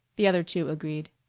the other two agreed.